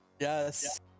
yes